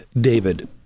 David